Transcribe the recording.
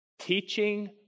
Teaching